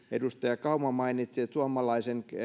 edustaja kauma mainitsi että suomalaisen